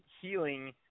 healing